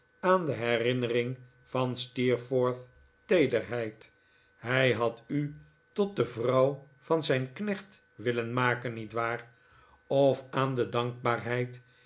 aan de herinnering van steerforth's teederheid hij had u tot de vrouw van zijn knecht willen maken niet waar of aan de dankbaarheid